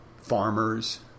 farmers